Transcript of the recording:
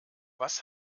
was